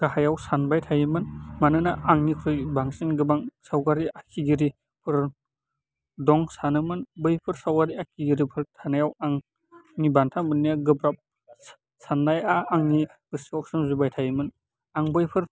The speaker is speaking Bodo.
गाहायाव सानबाय थायोमोन मानोना आंनिख्रुइ बांसिन गोबां सावगारि आखिगिरिफोर दं सानोमोन बैफोर सावगारि आखिगिरिफोर थानायाव आंनि बान्था मोननाया गोब्राब साननाया आंनि गोसोआव सोमजिबाय थायोमोन आं बैफोर